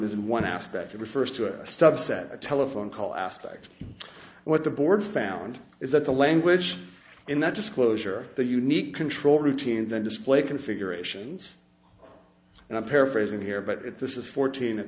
and one aspect of refers to a subset a telephone call aspect what the board found is that the language in that disclosure the unique control routines and display configurations and i'm paraphrasing here but at this is fourteen a